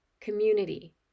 community